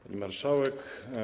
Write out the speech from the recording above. Pani Marszałek!